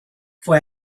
for